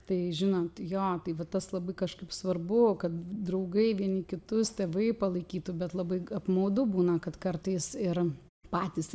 tai žinant jo tai va tas labai kažkaip svarbu kad draugai vieni kitus tėvai palaikytų bet labai apmaudu būna kad kartais ir patys